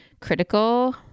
critical